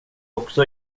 också